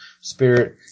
spirit